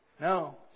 No